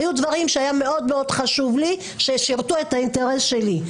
היו דברים שהיו מאוד מאוד חשובים לי ששירתו את האינטרסים שלי.